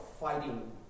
fighting